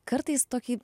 kartais tokį